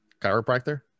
chiropractor